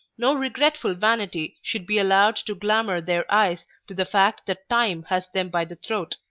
no regretful vanity should be allowed to glamour their eyes to the fact that time has them by the throat,